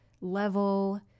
level